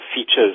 features